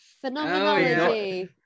Phenomenology